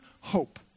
hope